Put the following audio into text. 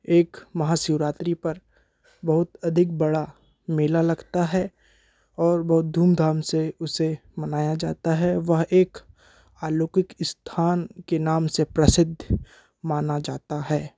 एक महाशिवरात्री पर बहुत अधिक बड़ा मेला लगता है और बहुत धूमधाम से उसे मनाया जाता है वह एक अलौकिक स्थान के नाम से प्रसिद्ध माना जाता है